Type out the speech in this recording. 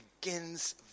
begins